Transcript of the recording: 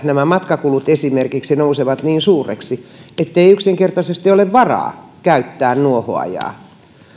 nämä matkakulut esimerkiksi nousevat niin suuriksi ettei yksinkertaisesti ole varaa käyttää nuohoojaa